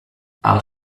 out